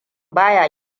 baya